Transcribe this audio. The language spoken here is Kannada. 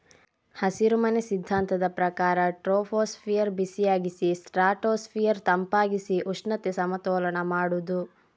ಹಸಿರುಮನೆ ಸಿದ್ಧಾಂತದ ಪ್ರಕಾರ ಟ್ರೋಪೋಸ್ಫಿಯರ್ ಬಿಸಿಯಾಗಿಸಿ ಸ್ಟ್ರಾಟೋಸ್ಫಿಯರ್ ತಂಪಾಗಿಸಿ ಉಷ್ಣತೆ ಸಮತೋಲನ ಮಾಡುದು